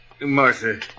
Martha